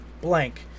blank